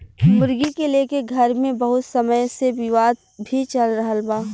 मुर्गी के लेके घर मे बहुत समय से विवाद भी चल रहल बा